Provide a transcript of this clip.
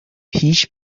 پیش